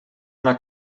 una